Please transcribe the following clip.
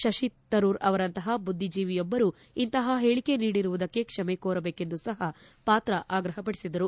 ಶಶಿ ತರೂರ್ ಅವರಂತಪ ಬುದ್ಧಿಜೀವಿಯೊಬ್ಬರು ಇಂತಪ ಹೇಳಿಕೆ ನೀಡಿರುವುದಕ್ಕೆ ಕ್ಷಮೆ ಕೋರಬೇಕೆಂದು ಸಪ ಪಾತ್ರಾ ಆಗ್ರಪಪಡಿಸಿದರು